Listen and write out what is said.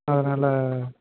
அதனால்